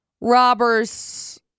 robbers